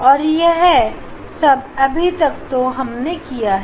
और यह सब अभी तक है जो हमने किया है